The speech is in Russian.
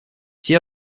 все